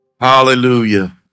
Hallelujah